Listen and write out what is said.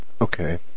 Okay